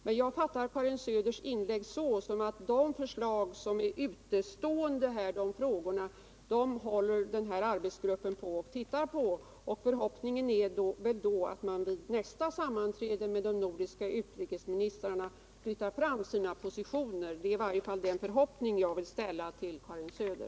Men jag fattar Karin Söders inlägg så att arbetsgruppen håller på att studera de utestående frågorna i detta sammanhang. Förhoppningen är väl då att man vid nästa sammanträde med de nordiska utrikesministrarna flyttar fram sina positioner — det är i varje fall den förhoppning jag vill ställa på Karin Söder.